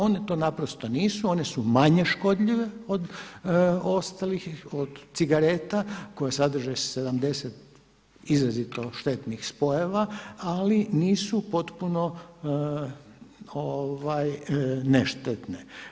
Oni to naprosto nisu, one su manje škodljive od ostalih, od cigareta koje sadrže 70 izrazito štetnih spojeva ali nisu potpuno neštetne.